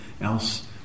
else